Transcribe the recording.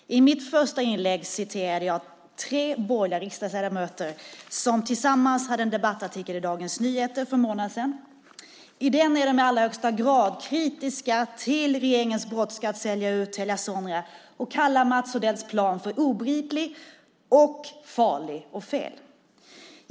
Herr talman! I mitt första inlägg citerade jag tre borgerliga riksdagsledamöter som tillsammans hade en debattartikel i Dagens Nyheter för en månad sedan. I den är de i allra högsta grad kritiska till regeringens brådska att sälja ut Telia Sonera och kallar Mats Odells plan för obegriplig, farlig och fel.